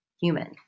human